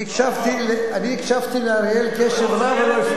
אני הקשבתי לאריאל קשב רב ולא הפרעתי לו.